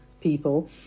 people